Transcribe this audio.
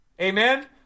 Amen